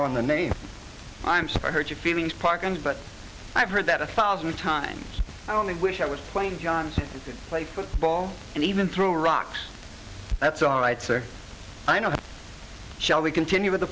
on the name i'm so hurt your feelings parkins but i've heard that a thousand times i only wish i was playing to play football and even threw rocks that's all right sir i know shall we continue with the